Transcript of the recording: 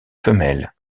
femelles